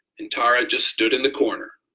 and tara just stood in the corner.